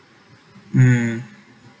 mm